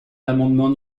l’amendement